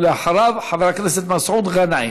אחריו, חבר הכנסת מסעוד גנאים.